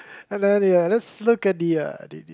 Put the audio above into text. and then the uh let's look at the the